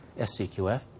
SCQF